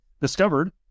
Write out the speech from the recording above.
discovered